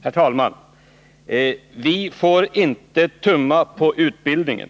Herr talman! ”Vi får inte tumma på utbildningen.”